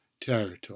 territory